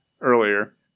earlier